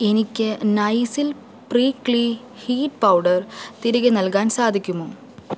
എനിക്ക് നൈസിൽ prickly heat powder തിരികെ നൽകാൻ സാധിക്കുമോ